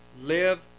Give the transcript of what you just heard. Live